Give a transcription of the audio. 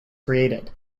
created